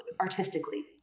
artistically